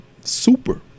super